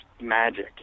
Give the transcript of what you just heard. magic